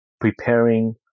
preparing